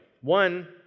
One